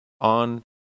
on